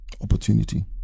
opportunity